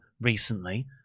recently